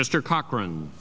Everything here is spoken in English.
mr cochran